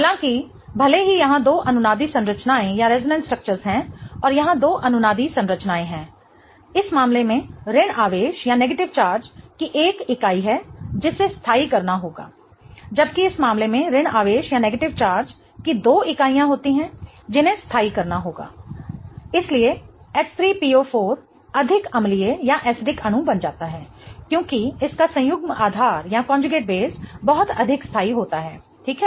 हालांकि भले ही यहां दो अनुनादी संरचनाएं हैं और यहां दो अनुनादी संरचनाएं हैं इस मामले में ऋण आवेश की एक इकाई है जिसे स्थाई करना होगा जबकि इस मामले में ऋण आवेश की दो इकाइयाँ होती हैं जिन्हें स्थाई करना होता है इसलिए H3PO4 अधिक अम्लीय अणु बन जाता है क्योंकि इसका संयुग्म आधार बहुत अधिक स्थाई होता है ठीक है